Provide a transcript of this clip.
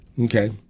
Okay